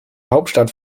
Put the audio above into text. hauptstadt